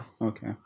Okay